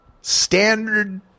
standard